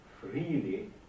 freely